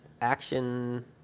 action